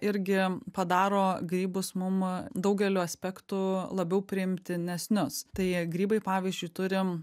irgi padaro grybus mum daugeliu aspektų labiau priimtinesnius tai grybai pavyzdžiui turi